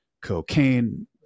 cocaine